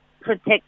protect